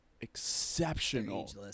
exceptional